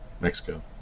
mexico